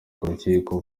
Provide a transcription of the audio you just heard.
rukiko